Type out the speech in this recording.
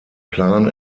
plan